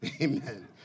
amen